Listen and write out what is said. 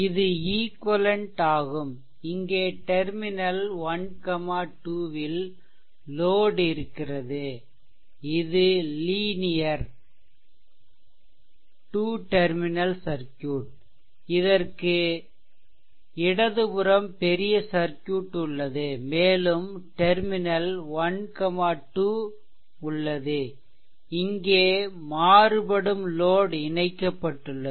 இது ஈக்வெலென்ட் ஆகும் இங்கே டெர்மினல் 1 2 ல் லோட் இருக்கிறது இது லீனியர் 2 டெர்மினல் சர்க்யூட் இதற்கு இடதுபுறம் பெரிய சர்க்யூட் உள்ளது மேலும் டெர்மினல் 12 உள்ளதுஇங்கே மாறுபடும் லோட் இணைக்கப்பட்டுள்ளது